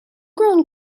grown